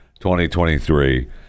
2023